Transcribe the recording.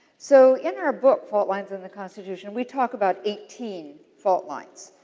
so, in our book, fault lines in the constitution, we talk about eighteen fault lines.